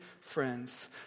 friends